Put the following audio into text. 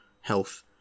health